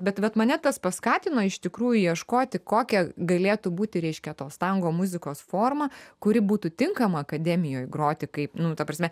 bet vat mane tas paskatino iš tikrųjų ieškoti kokia galėtų būti reiškia tos tango muzikos forma kuri būtų tinkama akademijoj groti kaip nu ta prasme